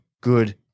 good